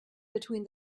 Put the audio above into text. between